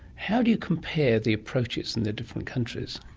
how do you compare the approaches in the different countries?